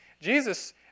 Jesus